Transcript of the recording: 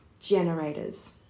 generators